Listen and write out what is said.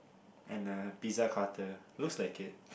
and a pizza cutter looks like it